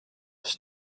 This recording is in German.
ich